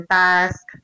task